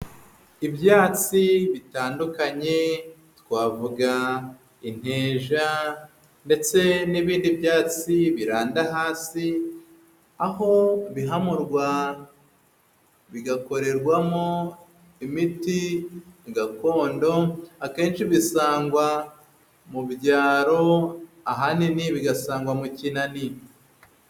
Ibyatsi bitandukanye twavuga inteja ndetse n'ibindi byatsi biranda hasi, aho bihamurwa bigakorerwamo imiti gakondo, akenshi bisangwa mu byaro ahanini bigasangwa mu kinani.